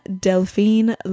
Delphine